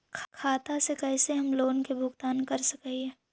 खाता से कैसे हम लोन के भुगतान कर सक हिय?